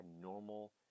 normal